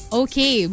okay